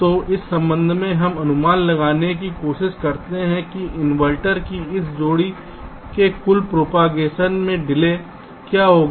तो इस संबंध में हम अनुमान लगाने की कोशिश करते हैं कि इनवर्टर की इस जोड़ी के कुल प्रोपगेशन में डिले क्या होगी